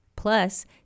Plus